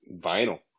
vinyl